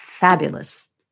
fabulous